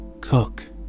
Cook